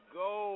go